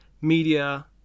media